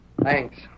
Thanks